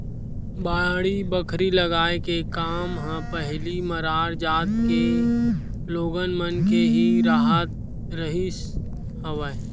बाड़ी बखरी लगाए के काम ह पहिली मरार जात के लोगन मन के ही राहत रिहिस हवय